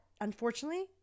unfortunately